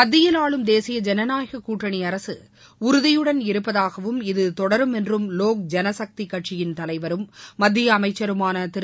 மத்தியில் ஆளும் தேசிய ஜனநாயக கூட்டனி அரக உறுதியுடன் இருப்பதாகவும் இது தொடரும் என்றும் லோக் ஜனசக்தி கட்சியின் தலைவரும் மத்திய அமைச்சருமான திரு